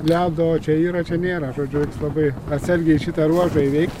ledo čia yra čia nėra žodžiu labai atsargiai šitą ruožą įveikti